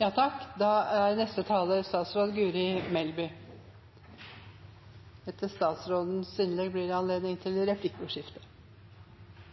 Jeg tar opp Rødts forslag i saken. Representanten Bjørnar Moxnes har tatt opp de forslagene han refererte til.